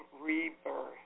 rebirth